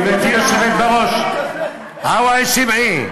גברתי היושבת-ראש, שמעי,